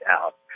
out